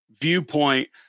viewpoint